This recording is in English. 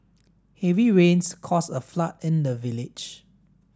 heavy rains caused a flood in the village